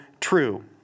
true